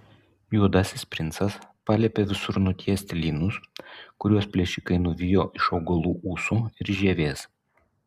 juodasis princas paliepė visur nutiesti lynus kuriuos plėšikai nuvijo iš augalų ūsų ir žievės